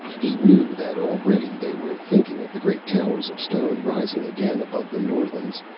he knew that already they were thinking of the great towers of stone rising again above the norlands,